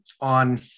on